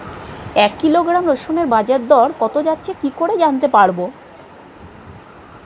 এক কিলোগ্রাম রসুনের বাজার দর কত যাচ্ছে কি করে জানতে পারবো?